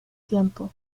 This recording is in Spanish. tiempo